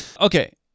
Okay